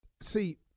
See